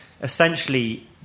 essentially